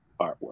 artwork